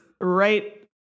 right